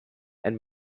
and